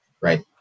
right